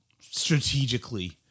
strategically